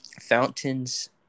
fountains